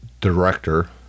director